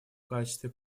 качестве